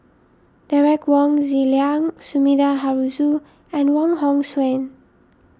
Derek Wong Zi Liang Sumida Haruzo and Wong Hong Suen